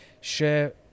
share